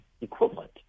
equivalent